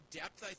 depth